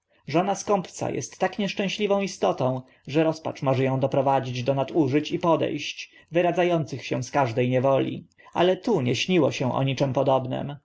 żona skąpca est tak nieszczęśliwą istotą że rozpacz może ą doprowadzić do nadużyć i pode ść wyradza ących się z każde niewoli ale tu nie śniło się o niczym podobnym